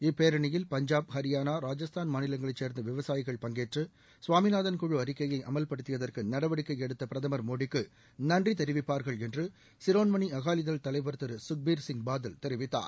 இப்பேரணியில் பஞ்சாப் ஹரியானா ராஜஸ்தான் மாநிலங்களைச் சேர்ந்த விவசாயிகள் பங்கேற்று சுவாமிநாதன் குழு அறிக்கையை அமல்படுத்தியதற்கு நடவடிக்கை எடுத்த பிரதமர் மோடிக்கு நன்றி தெரிவிப்பார்கள் என்று சிரோன்மணி அகாலிதள் தலைவர் திரு சுக்பீர்சிங் பாதல் தெரிவித்தார்